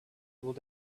would